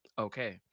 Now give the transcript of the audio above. Okay